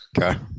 Okay